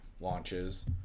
launches